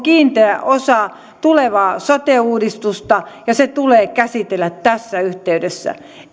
kiinteä osa tulevaa sote uudistusta ja se tulee käsitellä tässä yhteydessä